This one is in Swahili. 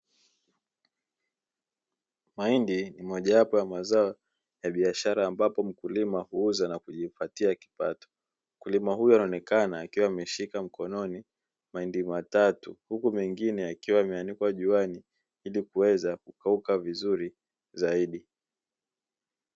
Mahindi ni mojawapo ya mazao ya biashara ambapo mkulima huuza na kujipatia kipato. Mkulima huyo anaonekana akiwa ameshika mkononi mahindi matatu huku mengine yakiwa yameanikwa juani ili kuweza kukauka vizuri zaidi.